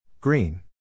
Green